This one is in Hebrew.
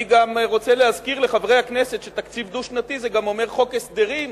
אני גם רוצה להזכיר לחברי הכנסת שתקציב דו-שנתי זה גם אומר חוק הסדרים